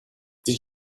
did